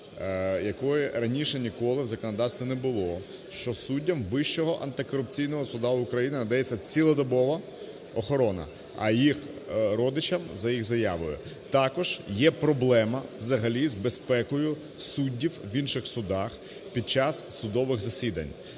якої раніше ніколи в законодавстві не було, що суддям Вищого антикорупційного суду України надається цілодобово охорона, а їх родичам – за їх заявою. Також є проблема взагалі з безпекою суддів в інших судах під час судових засідань.